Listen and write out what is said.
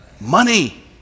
Money